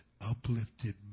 uplifted